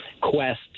quest